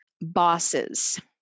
bosses